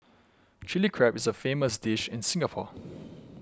Chilli Crab is a famous dish in Singapore